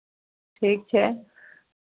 ठीक छै